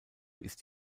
ist